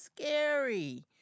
scary